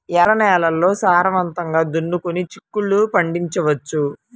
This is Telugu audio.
ఎర్ర నేలల్లో సారవంతంగా దున్నుకొని చిక్కుళ్ళు పండించవచ్చు